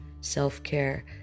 Self-care